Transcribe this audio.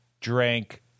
drank